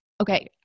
okay